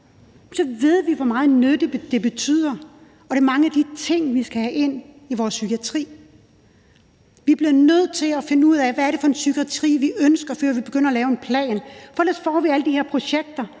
så ved vi, hvor meget nytte det betyder, og det er mange af de ting, vi skal have ind i vores psykiatri. Vi bliver nødt til at finde ud af, hvad det er for en psykiatri, vi ønsker, før vi begynder at lave en plan. For ellers får vi alle de her projekter,